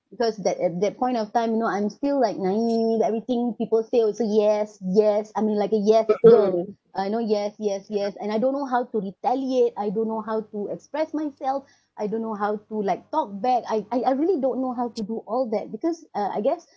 because that at that point of time you know I'm still like naive everything people say also yes yes I mean like a yes girl I know yes yes yes and I don't know how to retaliate I don't know how to express myself I don't know how to like talk back I I I really don't know how to do all that because uh I guess